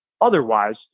otherwise